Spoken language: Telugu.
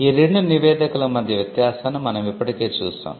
ఈ రెండు నివేదికల మధ్య వ్యత్యాసాన్ని మనం ఇప్పటికే చూశాం